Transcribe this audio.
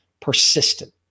persistent